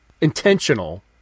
intentional